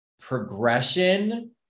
progression